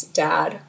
dad